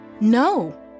No